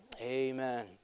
Amen